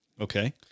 Okay